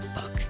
book